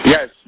Yes